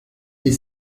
des